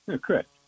Correct